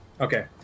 Okay